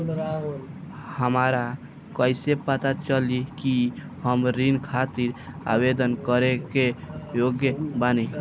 हमरा कईसे पता चली कि हम ऋण खातिर आवेदन करे के योग्य बानी?